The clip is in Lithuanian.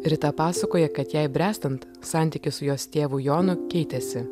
rita pasakoja kad jai bręstant santykis su jos tėvu jonu keitėsi